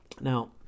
Now